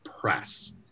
press